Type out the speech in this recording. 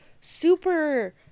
super